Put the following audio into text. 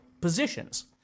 positions